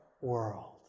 world